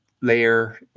layer